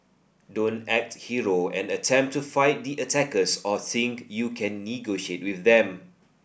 don't act hero and attempt to fight the attackers or think you can negotiate with them